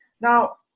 Now